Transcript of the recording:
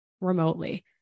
remotely